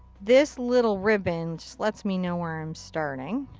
this little ribbon just lets me know where i'm starting.